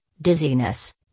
dizziness